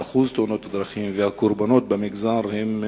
אחוז תאונות הדרכים והקורבנות במגזר הם,